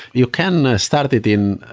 you can start it in,